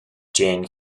déan